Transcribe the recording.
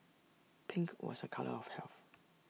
pink was A colour of health